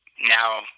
now